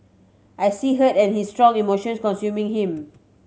I see hurt and his strong emotions consuming him